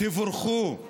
תבורכו.